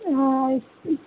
ও আচ্ছা